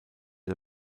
der